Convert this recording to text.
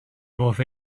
roedd